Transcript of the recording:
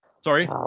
Sorry